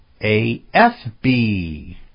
AFB